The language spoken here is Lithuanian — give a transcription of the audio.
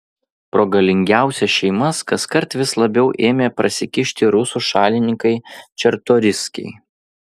pro galingiausias šeimas kaskart vis labiau ėmė prasikišti rusų šalininkai čartoriskiai